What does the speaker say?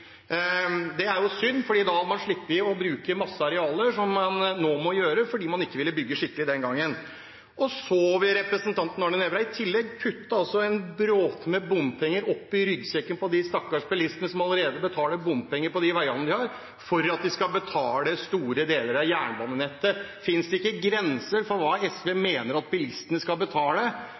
Det er synd, for da hadde man sluppet å bruke masse arealer som man nå må gjøre fordi man ikke ville bygge skikkelig den gangen. Så vil representanten Arne Nævra i tillegg putte en bråte med bompenger oppi ryggsekken på de stakkars bilistene som allerede betaler bompenger på de veiene, for at de skal betale store deler av jernbanenettet. Finnes det ikke grenser for hva SV mener at bilistene skal betale?